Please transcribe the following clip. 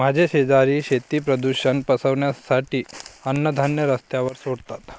माझे शेजारी शेती प्रदूषण पसरवण्यासाठी अन्नधान्य रस्त्यावर सोडतात